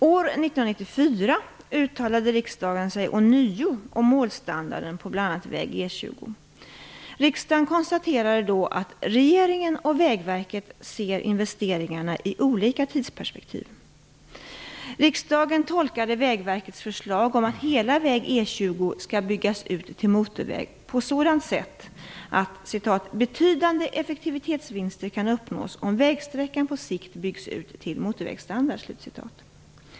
År 1994 uttalade riksdagen sig ånyo om målstandarden på bl.a. väg E 20. Riksdagen konstaterade då att regeringen och Vägverket ser investeringarna i olika tidsperspektiv. Riksdagen tolkade Vägverkets förslag om att hela väg E 20 skall byggas ut till motorväg på sådant sätt att "betydande effektivitetsvinster kan uppnås om vägsträckorna på sikt byggs ut till motorvägsstandard."